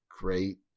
great